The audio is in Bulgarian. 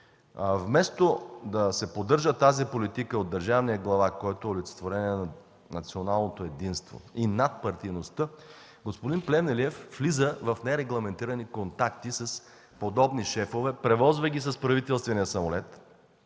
Вместо тази политика да се поддържа от държавния глава, който е олицетворение на националното единство и надпартийността, господин Плевнелиев влиза в нерегламентирани контакти с подобни шефове, превозва ги с правителствения самолет,